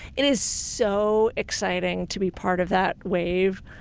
it is so exciting to be part of that wave.